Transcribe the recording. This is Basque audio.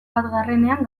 batgarrenean